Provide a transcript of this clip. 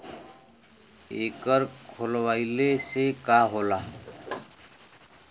एकर खोलवाइले से का होला?